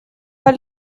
pas